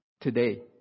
today